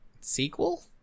sequel